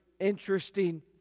interesting